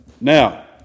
Now